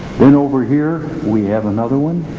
one over here, we have another one